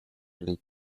league